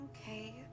okay